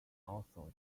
also